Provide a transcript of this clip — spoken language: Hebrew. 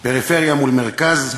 פריפריה מול מרכז.